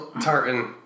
tartan